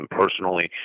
personally